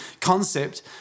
concept